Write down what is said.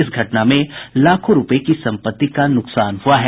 इस घटना में लाखों रूपये की संपत्ति का नुकसान हुआ है